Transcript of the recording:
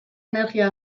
energia